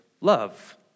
love